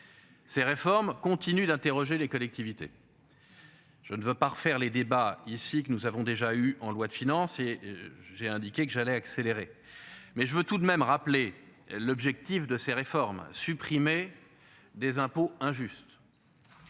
Ces réformes continuent d'interroger les collectivités. Je ne veux pas refaire les débats ici que nous avons déjà eu en loi de finances et j'ai indiqué que j'allais accélérer mais je veux tout de même rappelé l'objectif de ces réformes supprimer des impôts injustes.